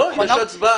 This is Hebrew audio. לא, יש הצבעה.